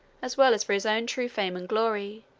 as well as for his own true fame and glory,